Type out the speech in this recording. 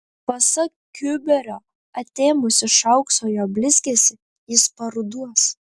pasak kiuberio atėmus iš aukso jo blizgesį jis paruduos